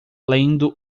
lendo